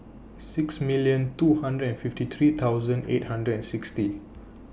six million two hundred and fifty three thousand eight hundred and sixty